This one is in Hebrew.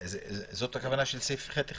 זאת הכוונה של סעיף (ח)(1).